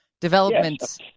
Developments